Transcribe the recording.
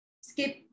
skip